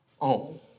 own